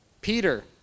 Peter